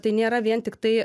tai nėra vien tiktai